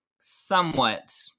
somewhat